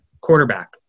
quarterback